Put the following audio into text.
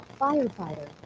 firefighter